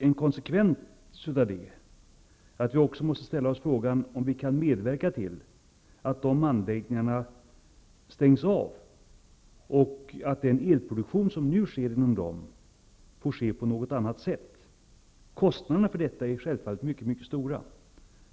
En konsekvens därav blir då att vi också måste ställa oss frågan om vi kan medverka till att de anläggningarna stängs av och att den elproduktion som nu sker i dessa anläggningar får ske på något annat sätt. Kostnaderna för detta är självfallet mycket stora.